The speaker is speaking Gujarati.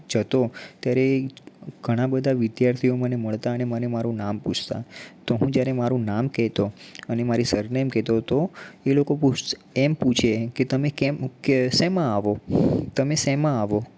જતો ત્યારે ઘણાં બધા વિદ્યાર્થીઓ મને મળતા અને મારું નામ પૂછતાં તો હું જયારે મારું નામ કહેતો અને મારી સરનેમ કહેતો તો એ લોકો પૂછ એમ પૂછે કે તમે કેમ શેમાં આવો તમે શેમાં આવો